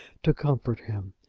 to comfort him.